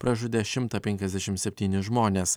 pražudė šimtą penkiasdešimt septynis žmones